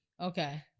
Okay